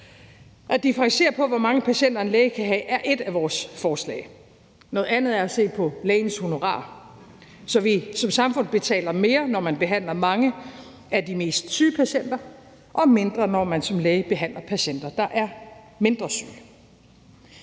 i forhold til hvor mange patienter en læge kan have, er et af vores forslag. Noget andet er at se på lægens honorarer, så vi som samfund betaler mere, når man behandler mange af de mest syge patienter, og mindre, når man som læge behandler patienter, der er mindre syge.